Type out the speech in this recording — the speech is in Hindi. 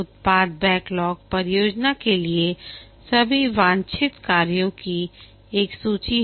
उत्पाद बैकलॉग परियोजना के लिए सभी वांछित कार्यों की एक सूची है